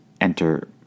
enter